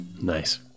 Nice